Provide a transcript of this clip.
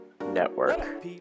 Network